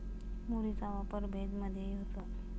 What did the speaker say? मुरीचा वापर भेज मधेही होतो